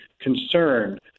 concerned